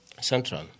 Central